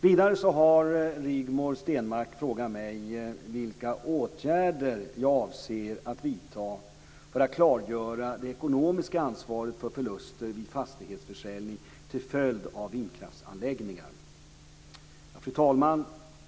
Vidare har Rigmor Stenmark frågat mig vilka åtgärder jag avser att vidta för att klargöra det ekonomiska ansvaret för förluster vid fastighetsförsäljning till följd av vindkraftsanläggningar. Fru talman!